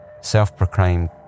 self-proclaimed